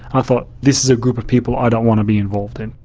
i thought this is a group of people i don't want to be involved in.